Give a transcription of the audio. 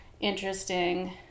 interesting